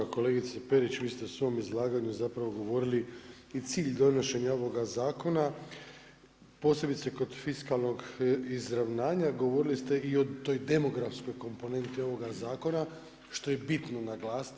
Kolegice Perić, vi ste u svom izlaganju govorili i cilj donošenja ovoga zakona posebice kod fiskalnog izravnanja govorili ste i o toj demografskoj komponenti ovoga zakona što je bitno naglasiti.